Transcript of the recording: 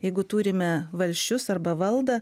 jeigu turime valsčius arba valdą